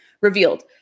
revealed